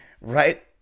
right